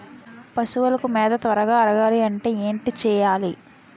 పశువులకు మేత త్వరగా అరగాలి అంటే ఏంటి చేయాలి?